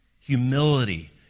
humility